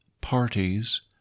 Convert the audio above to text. parties